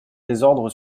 désordre